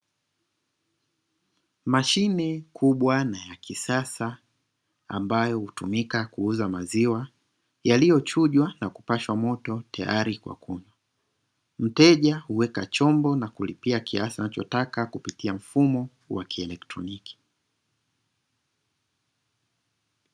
Mashine kubwa na ya kisasa ambayo hutumika kuuza maziwa yaliyochujwa na kupashwa moto tayari kwa kunywa, mteja huweka chombo na kulipia kiasi anachotaka kupitia mfumo wa kieletroniki.